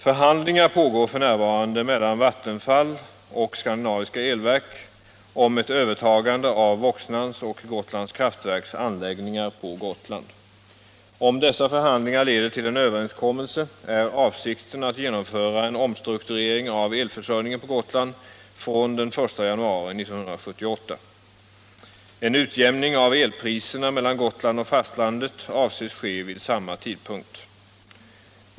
Förhandlingar pågår f. n. mellan Vattenfall och Skandinaviska Elverk om ett övertagande av Voxnans och Gotlands Kraftverks anläggningar på Gotland. Om dessa förhandlingar leder till en överenskommelse är avsikten att genomföra en omstrukturering av elförsörjningen på Gotland från den 1 januari 1978. En utjämning av elpriserna mellan Gotland och fastlandet avses ske vid samma tidpunkt.